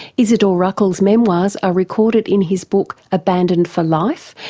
izidor ruckel's memoirs are recorded in his book abandoned for life,